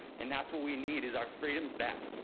and that's what we need is our freedoms back.